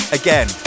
again